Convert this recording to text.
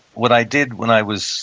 what i did when i was